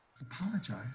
Apologize